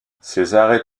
cesare